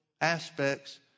aspects